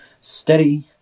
steady